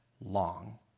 long